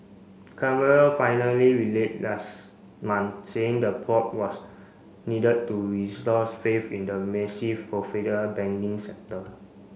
Canberra finally relate last month saying the probe was needed to restore faith in the massive banking sector